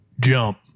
jump